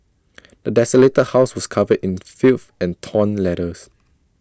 the desolated house was covered in filth and torn letters